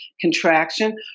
contraction